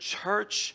church